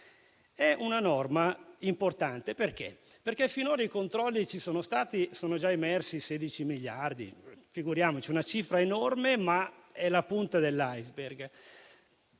È una norma importante. Finora i controlli ci sono stati e sono già emersi 16 miliardi. Figuriamoci, è una cifra enorme, ma è la punta dell'*iceberg*.